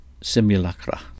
Simulacra